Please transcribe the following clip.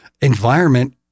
environment